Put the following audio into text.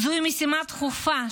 זוהי משימה דחופה,